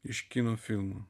iš kino filmų